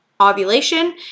ovulation